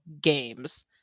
games